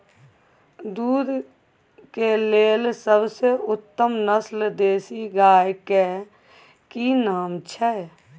दूध के लेल सबसे उत्तम नस्ल देसी गाय के की नाम छै?